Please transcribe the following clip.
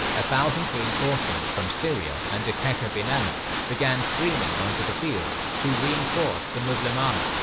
a thousand reinforcements from syria under qaqa bin amr began streaming onto the field to reinforce the muslim army,